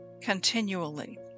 continually